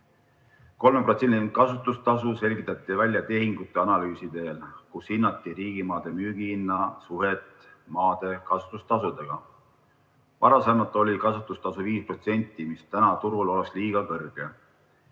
kasutustasu selgitati välja tehingute analüüsi teel, kus hinnati riigimaade müügihinna suhet maade kasutustasudega. Varasemalt oli kasutustasu 5%, mis täna turul oleks liiga kõrge,